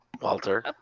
Walter